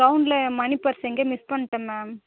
க்ரௌண்ட்டில money purse எங்கயோ miss பண்ணிட்டேன் ma'am